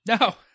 No